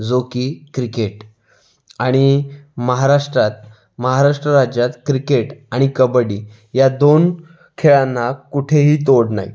जो की क्रिकेट आणि महाराष्ट्रात महाराष्ट्र राज्यात क्रिकेट आणि कबड्डी या दोन खेळांना कुठेही तोड नाही